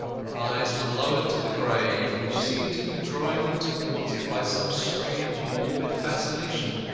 her eyes were lowered to the grave, which seemed to be drawing them towards it by some strange morbid fascination.